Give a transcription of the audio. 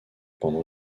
pendant